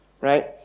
right